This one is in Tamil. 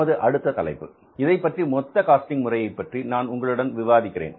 நமது அடுத்த தலைப்பு இதைப்பற்றி மொத்த காஸ்டிங் முறையைப் பற்றி நான் உங்களுடன் விவாதிக்கிறேன்